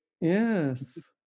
Yes